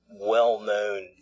well-known